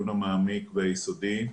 והיסודי.